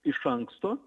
iš anksto